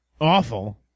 awful